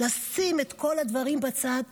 לשים את כל הדברים בצד,